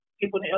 people